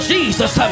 Jesus